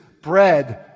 bread